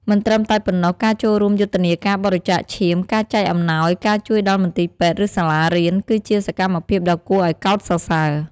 មិនត្រឹមតែប៉ុណ្ណោះ ការចូលរួមយុទ្ធនាការបរិច្ចាគឈាម ការចែកអំណោយ ការជួយដល់មន្ទីរពេទ្យ ឬសាលារៀន គឺជាសកម្មភាពដ៏គួរឱ្យកោតសរសើរ។